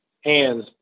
hands